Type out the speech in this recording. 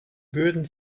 würden